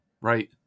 right